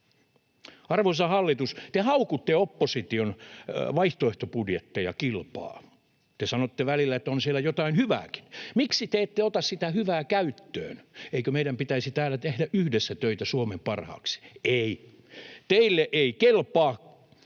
Arvoisa hallitus, te haukutte opposition vaihtoehtobudjetteja kilpaa. Te sanotte välillä, että on siellä jotain hyvääkin. Miksi te ette ota sitä hyvää käyttöön? Eikö meidän pitäisi täällä tehdä yhdessä töitä Suomen parhaaksi? Ei, teille ei kelpaa.